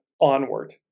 onward